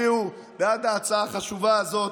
יצביעו בעד ההצבעה החשובה הזאת,